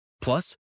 Plus